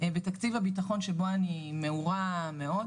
בתקציב הביטחון שבו אני מעורה מאוד,